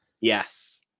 Yes